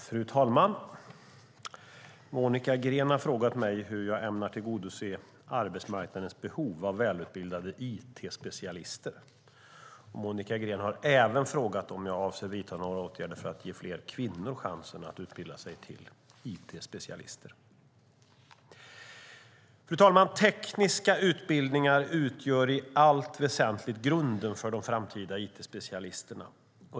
Fru talman! Monica Green har frågat mig hur jag ämnar tillgodose arbetsmarknadens behov av välutbildade it-specialister. Monica Green har även frågat mig om jag avser vidta några åtgärder för att ge fler kvinnor chansen att utbilda sig till it-specialister. Tekniska utbildningar utgör i allt väsentligt grunden för de framtida it-specialisterna.